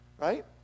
right